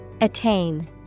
Attain